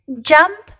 Jump